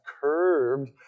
curbed